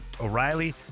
O'Reilly